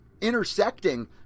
intersecting